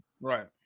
Right